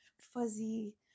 fuzzy